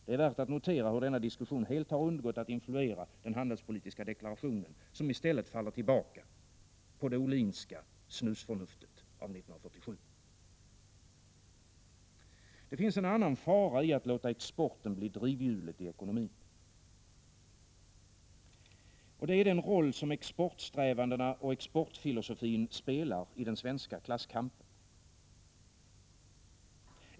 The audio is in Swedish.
Det är värt att notera hur denna diskussion helt undgått att influera den handelspolitiska deklarationen, som i stället faller tillbaka på det Ohlinska snusförnuftet av år 1947. Det finns en annan fara i att låta exporten bli drivhjulet i ekonomin. Det är den roll som exportsträvandena och exportfilosofin spelar i den svenska klasskampen.